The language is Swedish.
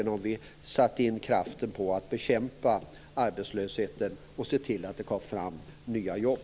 Vi skall sätta in kraften på att bekämpa arbetslösheten och se till att det skapas nya jobb.